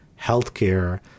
healthcare